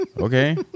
Okay